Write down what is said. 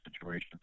situations